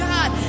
God